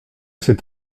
cet